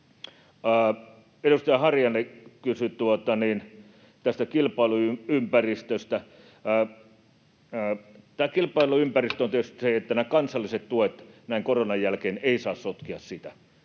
Edustaja Harjanne kysyi tästä kilpailuympäristöstä: Tämä kilpailuympäristö on tietysti se, että nämä kansalliset tuet näin koronan jälkeen eivät saa sotkea sitä,